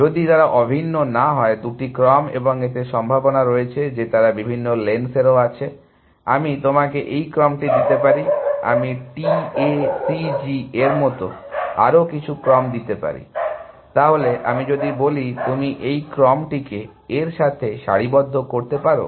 যদি তারা অভিন্ন না হয় দুটি ক্রম এবং এতে সম্ভাবনা রয়েছে যে তারা ভিন্ন লেন্সেরও আছে আমি তোমাকে এই ক্রমটি দিতে পারি আমি T A C G এর মতো আরও কিছু ক্রম দিতে পারি তাহলে আমি যদি বলি তুমি কি এই ক্রমটিকে এর সাথে সারিবদ্ধ করতে পারো